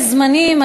יש זמנים.